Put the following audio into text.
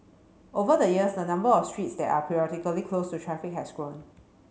over the years the number of streets that are periodically closed to traffic has grown